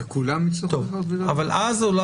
וכולם יצטרכו להיות במלונית?